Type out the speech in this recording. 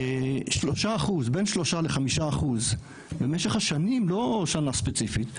3% בין 3% ל- 5% במשך השנים לא שנה ספציפית,